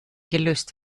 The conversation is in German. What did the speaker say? gelöst